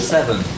Seven